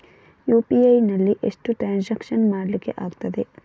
UPI ನಲ್ಲಿ ಎಷ್ಟು transaction ಮಾಡ್ಲಿಕ್ಕೆ ಆಗ್ತದೆ?